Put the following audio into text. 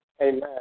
Amen